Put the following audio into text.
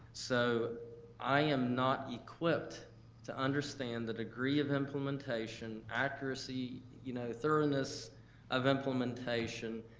so i am not equipped to understand the degree of implementation, accuracy, you know thoroughness of implementation,